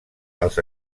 als